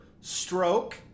stroke